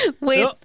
Wait